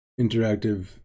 interactive –